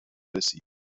رسید